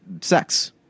sex